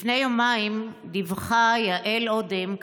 לפני יומיים דיווחה יעל אודם,